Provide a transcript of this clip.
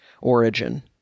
origin